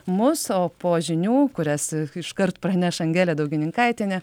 mus o po žinių kurias iškart praneš angelė daugininkaitienė